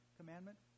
commandment